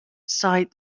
sighed